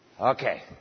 Okay